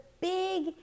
big